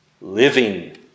living